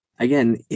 Again